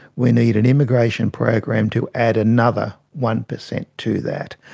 we need an immigration program to add another one percent to that.